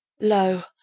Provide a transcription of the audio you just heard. Lo